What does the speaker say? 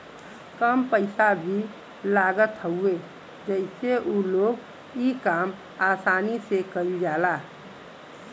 कम पइसा भी लागत हवे जसे उ लोग इ काम आसानी से कईल जाला